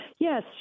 Yes